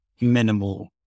minimal